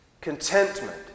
Contentment